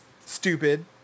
Stupid